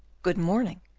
good morning,